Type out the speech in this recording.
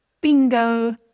Bingo